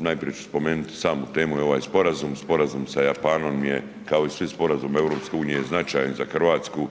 najprije ću spomenuti samu temu i ovaj Sporazum. Sporazum sa Japanom je, kao i svi sporazumi EU značajan za Hrvatsko